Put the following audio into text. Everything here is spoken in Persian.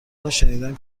هاشنیدم